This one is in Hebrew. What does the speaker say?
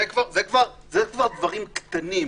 זה כבר דברים קטנים.